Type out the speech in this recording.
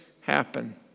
happen